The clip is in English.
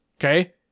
Okay